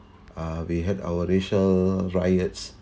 uh we had our racial riots